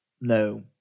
no